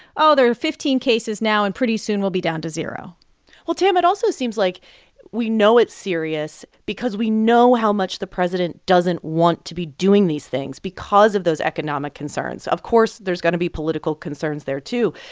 oh, there are fifteen cases now, and pretty soon, we'll be down to zero well, tam, it also seems like we know it's serious because we know how much the president doesn't want to be doing these things because of those economic concerns. of course, there's going to be political concerns there, too.